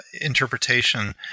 interpretation